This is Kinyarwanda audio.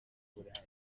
burayi